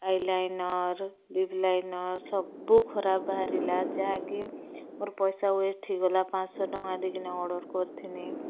eyeliner lip liner ସବୁ ଖରାପ ବାହାରିଲା ଯାହାକି ମୋର ପଇସା ୱେଷ୍ଟ୍ ହେଇଗଲା ପାଂଶ ଟଙ୍କା ଦେଇକିନି ଅର୍ଡ଼ର୍ କରିଥିନି